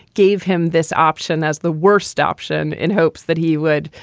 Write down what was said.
gave him this option as the worst option in hopes that he would,